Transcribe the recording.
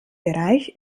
bereich